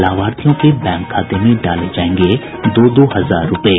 लाभार्थियों के बैंक खाते में डाले जायेंगे दो दो हजार रूपये